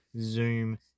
Zoom